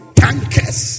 tankers